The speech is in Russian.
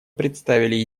представили